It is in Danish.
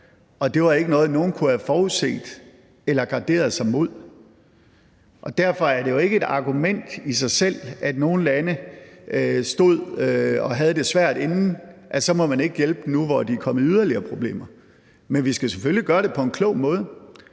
og det var ikke noget, nogen kunne have forudset eller garderet sig mod. Derfor er det jo ikke et argument i sig selv, at nogle lande stod og havde det svært inden, at man så ikke må hjælpe dem nu, hvor de er kommet i yderligere problemer. Men vi skal selvfølgelig gøre det på en klog måde.